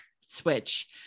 switch